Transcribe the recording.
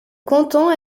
canton